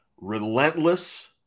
Relentless